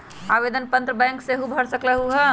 आवेदन पत्र बैंक सेहु भर सकलु ह?